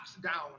down